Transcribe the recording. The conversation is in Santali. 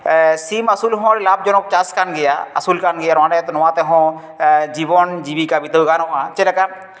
ᱥᱤᱢ ᱟᱹᱥᱩᱞ ᱦᱚᱸ ᱟᱹᱰᱤ ᱞᱟᱵᱷ ᱡᱚᱱᱚᱠ ᱪᱟᱥ ᱠᱟᱱ ᱜᱮᱭᱟ ᱟᱹᱥᱩᱞ ᱠᱟᱱ ᱜᱮᱭᱟ ᱱᱚᱸᱰᱮ ᱱᱚᱣᱟ ᱛᱮᱦᱚᱸ ᱡᱤᱵᱚᱱ ᱡᱤᱵᱤᱠᱟ ᱵᱤᱛᱟᱹᱣ ᱜᱟᱱᱚᱜᱼᱟ ᱪᱮᱫ ᱞᱮᱠᱟ